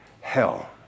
hell